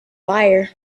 fire